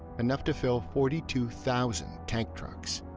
enough to fill forty two thousand tank trucks.